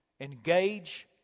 Engage